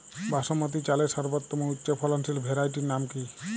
বাসমতী চালের সর্বোত্তম উচ্চ ফলনশীল ভ্যারাইটির নাম কি?